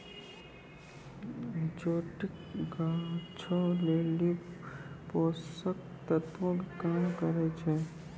जोटकी गाछो लेली पोषक तत्वो के काम करै छै